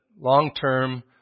long-term